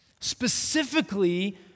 Specifically